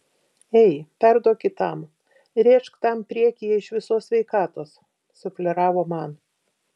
ei perduok kitam rėžk tam priekyje iš visos sveikatos sufleravo man